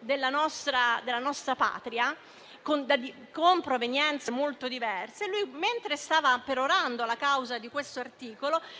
della nostra Patria, con provenienze molto diverse, tra cui Terracini e Alberganti),